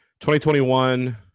2021